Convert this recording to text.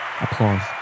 Applause